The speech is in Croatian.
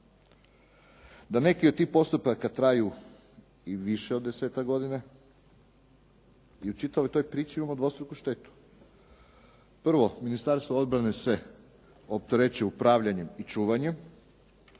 da neki od tih postupaka traju i više od desetak godina i u čitavoj toj priči imamo dvostruku štetu. Prvo, Ministarstvo obrane se opterećuje upravljanjem i čuvanjem